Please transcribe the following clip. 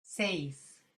seis